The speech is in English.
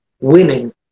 winning